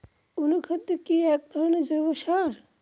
অনুখাদ্য কি এক ধরনের জৈব সার?